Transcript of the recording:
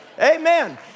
Amen